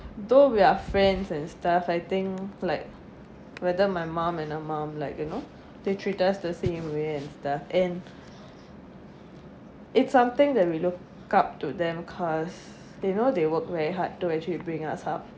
though we are friends and stuff I think like whether my mom and her mom like you know they treat us the same way and stuff and it's something that we looked up to them cause they know they work very hard to actually bring us up